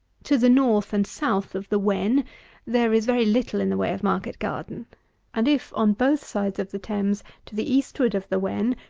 to the north and south of the wen there is very little in the way of market garden and if, on both sides of the thames, to the eastward of the wen,